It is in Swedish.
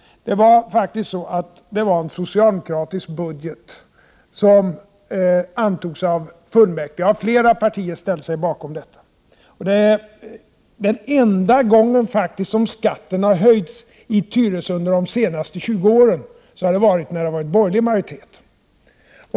Det var faktiskt en socialdemokratisk budget som antogs av fullmäktige, och flera partier ställde sig bakom denna. Den enda gång som skatten har höjts i Tyresö under de senaste 20 åren har det faktiskt varit borgerlig majoritet.